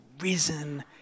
risen